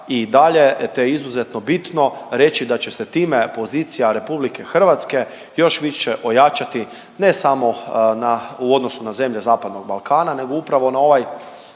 i dalje te je izuzetno bitno reći da će se time pozicija RH još više ojačati ne samo na u odnosu na zemlje zapadnog Balkana, nego upravo na ovaj